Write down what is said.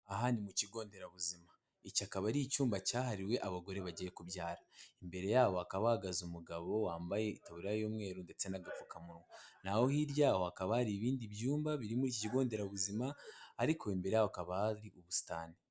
ahandi mu kigo nderabuzima. Iki akaba ari icyumba cyahariwe abagore bagiye kubyara. Imbere yabo hakaba hahagaze umugabo wambaye itaburiya y'umweru ndetse n'agapfukamunwa. Naho hirya yaho hakaba hari ibindi byumba birimo ikigo nderabuzima ariko imbere hakaba hari ubusitani.